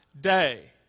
day